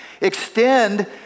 extend